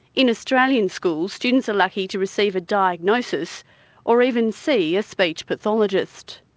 in australian schools students are lucky to receive a diagnosis or even see a speech pathologist.